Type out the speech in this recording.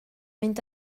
mynd